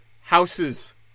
houses